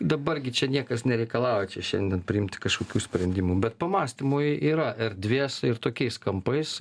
dabar gi čia niekas nereikalauja čia šiandien priimti kažkokių sprendimų bet pamąstymui yra erdvės ir tokiais kampais